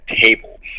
table